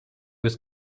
was